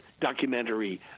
documentary